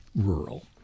rural